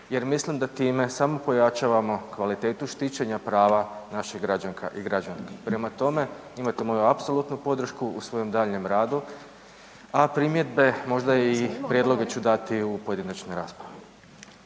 jer mislim da time samo pojačavamo kvalitetu štićenja prava naših građanka i građanki. Prema tome, imate moju apsolutnu podršku u svojem daljnjem radu, a primjedbe, možda i prijedloge ću dati u pojedinačnoj raspravi.